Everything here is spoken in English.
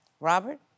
Robert